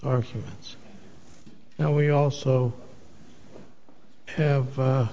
arguments and we also have